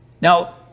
Now